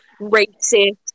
racist